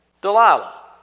Delilah